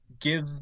give